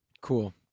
cool